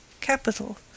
Capital